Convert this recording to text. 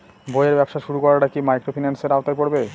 বইয়ের ব্যবসা শুরু করাটা কি মাইক্রোফিন্যান্সের আওতায় পড়বে?